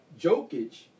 Jokic